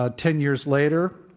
ah ten years later,